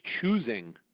choosing